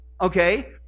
Okay